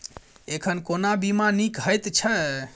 एखन कोना बीमा नीक हएत छै?